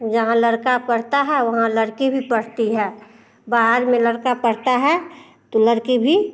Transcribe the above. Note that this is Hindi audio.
जहाँ लड़का पढ़ता है वहाँ लड़की भी पढ़ती है बाहर में लड़का पढ़ता है तो लड़की भी